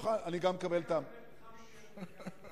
הכי מתאים להיות יושב-ראש הלובי החקלאי.